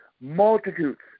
multitudes